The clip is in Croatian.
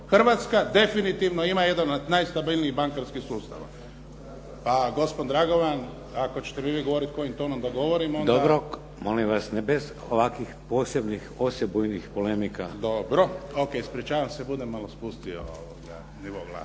Hrvatska definitivno ima jedan od najstabilnijih bankarskih sustava. Pa gospodin Dragovan, ako ćete mi vi govoriti kojim tonom da govorim, onda … **Šeks, Vladimir (HDZ)** Dobro, molim vas, bez ovakvih posebnih osebujnih polemika. **Šuker, Ivan (HDZ)** Dobro, ok, ispričavam se, budem malo spustio nivo glasa.